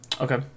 Okay